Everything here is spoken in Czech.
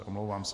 Omlouvám. se.